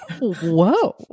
Whoa